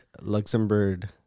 Luxembourg